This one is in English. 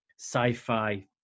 sci-fi